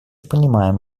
понимаем